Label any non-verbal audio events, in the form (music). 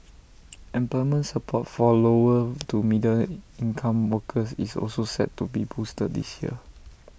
(noise) employment support for lower to middle income workers is also set to be boosted this year